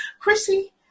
Chrissy